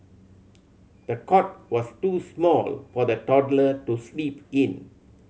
the cot was too small for the toddler to sleep in